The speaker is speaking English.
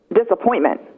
disappointment